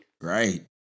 Right